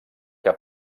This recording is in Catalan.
que